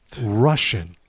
Russian